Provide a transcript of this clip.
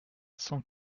cent